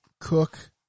cook